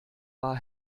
wahr